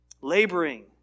laboring